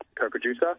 co-producer